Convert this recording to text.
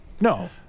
No